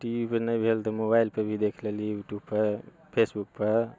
T V पर नहि भेल तऽ मोबाइलपर भी देख लेली यूट्यूबपर फेसबुकपर